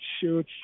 shoot